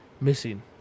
Missing